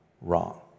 wrong